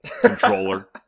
controller